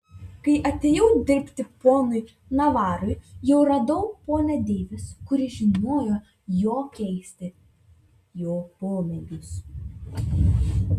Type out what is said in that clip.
kai atėjau dirbti ponui navarui jau radau ponią deivis kuri žinojo jo keisti jo pomėgius